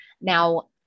Now